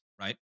right